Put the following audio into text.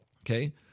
okay